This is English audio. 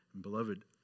Beloved